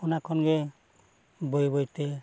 ᱚᱱᱟ ᱠᱷᱚᱱ ᱜᱮ ᱵᱟᱹᱭ ᱵᱟᱹᱭᱛᱮ